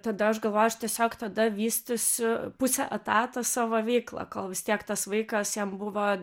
tada aš galvojau aš tiesiog tada vystysiu pusę etato savo veiklą kol vis tiek tas vaikas jam buvo